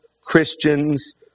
Christians